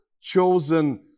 chosen